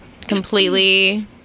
completely